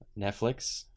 Netflix